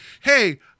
Hey